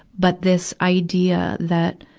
but this idea that,